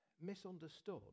misunderstood